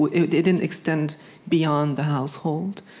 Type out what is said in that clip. it didn't extend beyond the household.